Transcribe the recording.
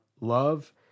love